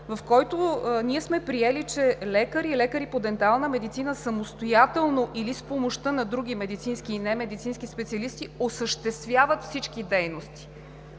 в който сме приели, че лекари и лекари по дентална медицина самостоятелно или с помощта на други медицински и немедицински специалисти осъществяват всички дейности.